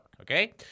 okay